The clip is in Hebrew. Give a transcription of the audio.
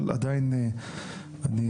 אבל עדיין אני,